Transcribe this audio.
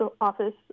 office